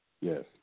Yes